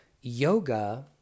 Yoga